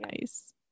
nice